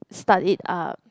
start it up